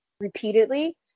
repeatedly